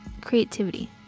creativity